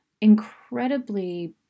incredibly